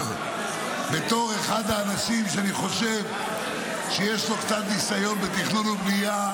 בתור אחד האנשים שאני חושב שיש לו קצת ניסיון בתכנון ובנייה,